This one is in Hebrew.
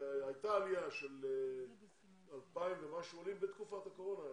הייתה עלייה של 2,000 ומשהו עולים בתקופת הקורונה.